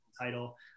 title